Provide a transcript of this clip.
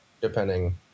depending